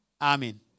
Amen